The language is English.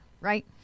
right